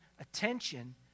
attention